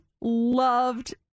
loved